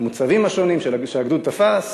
המוצבים השונים שהגדוד תפס